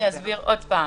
אני אסביר עוד פעם.